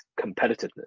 competitiveness